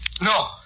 No